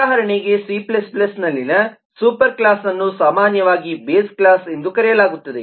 ಉದಾಹರಣೆಗೆ ಸಿCನಲ್ಲಿನ ಸೂಪರ್ ಕ್ಲಾಸ್ಅನ್ನು ಸಾಮಾನ್ಯವಾಗಿ ಬೇಸ್ ಕ್ಲಾಸ್ ಎಂದು ಕರೆಯಲಾಗುತ್ತದೆ